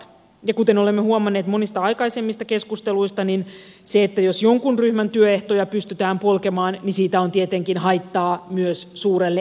ja kuten olemme huomanneet monista aikaisemmista keskusteluista niin siitä että jonkun ryhmän työehtoja pystytään polkemaan on tietenkin haittaa myös suurelle enemmistölle